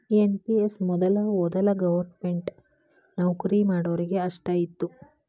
NPS ಮೊದಲ ವೊದಲ government ನೌಕರಿ ಮಾಡೋರಿಗೆ ಅಷ್ಟ ಇತ್ತು